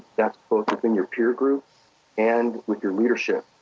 that's focusing your peer group and with your leadership,